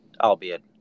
Albeit